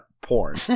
porn